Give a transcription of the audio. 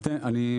אדוני היושב-ראש,